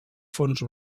fons